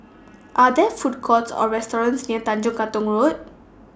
Are There Food Courts Or restaurants near Tanjong Katong Road